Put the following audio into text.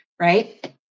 Right